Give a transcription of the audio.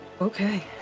Okay